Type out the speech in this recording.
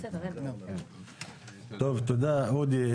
תודה, אודי.